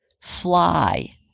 fly